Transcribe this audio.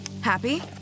Happy